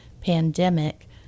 pandemic